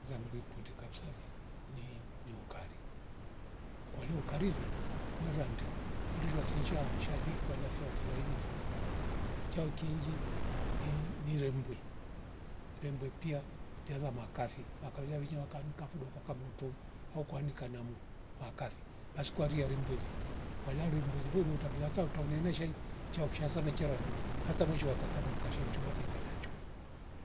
Zangdue kundi kapsale ni- niukari kwalio ukarire mwera ndeu kundira shensa shali valafia mfila inivo chao kinji ni- nirembwe rembwe pia tela makwafi makaula wicha wa kadu kafidoka kamoto hau kwanikanamu makafi basi kwa riya limbwere kwalia rimbwele wowota vila saa utamvo nene shai chia kishasa meveche randu hata mweshi wa tata vuru kaishe nchova vaila lalachu